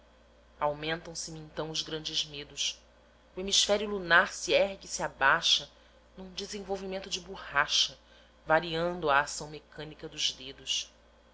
vinagre aumentam se me então os grandes medos o hemisfério lunar se ergue e se abaixa num desenvolvimento de borracha variando à ação mecânica dos dedos